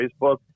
Facebook